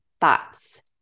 thoughts